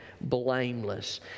blameless